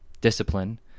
discipline